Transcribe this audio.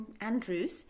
Andrews